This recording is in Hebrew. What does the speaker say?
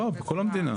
לא, בכל המדינה.